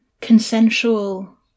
consensual